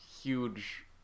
huge